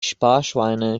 sparschweine